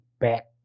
back